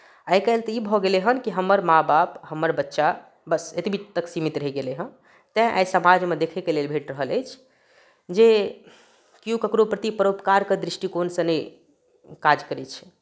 आइ काल्हि तऽ ई भऽ गेलै हन हमर माँ बाप हमर बच्चा बस एतबी तक सीमित रहि गेलैए तैँ एहि समाजमे देखै लेल भेट रहल अछि जे केओ ककरो प्रति परोपकारके दृष्टिकोणसँ नहि काज करैत छै